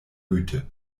güte